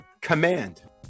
Command